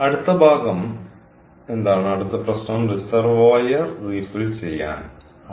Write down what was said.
അടുത്ത ഭാഗം എന്താണ് അടുത്ത പ്രശ്നം റിസർവോയർ റീഫിൽ ചെയ്യാൻ 6